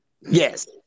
Yes